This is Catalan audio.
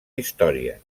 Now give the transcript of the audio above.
història